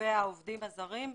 והעובדים הזרים.